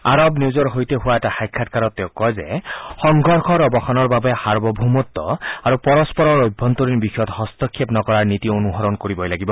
আৰৱ নিউজৰ সৈতে হোৱা এটা সাক্ষাৎকাৰত তেওঁ কয় যে সংঘৰ্ষৰ অবসানৰ বাবে সাৰ্বভৌমত্ আৰু পৰস্পৰৰ অভ্যন্তৰীণ বিষয়ত হস্তক্ষেপ নকৰাৰ নীতি অনুসৰণ কৰিব লাগিব